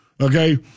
okay